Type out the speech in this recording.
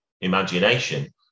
imagination